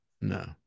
No